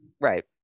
right